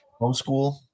homeschool